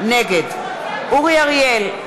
נגד אורי אריאל,